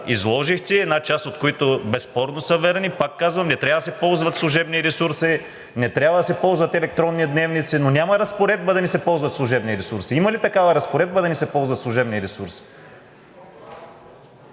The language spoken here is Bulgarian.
изложихте, една част от които безспорно са верни. Пак казвам, не трябва да се ползват служебни ресурси, не трябва да се ползват електронни дневници, но няма разпоредба да не се ползват служебни ресурси. Има ли такава разпоредба – да не се ползват служебни ресурси?